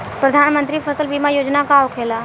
प्रधानमंत्री फसल बीमा योजना का होखेला?